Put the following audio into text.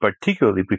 particularly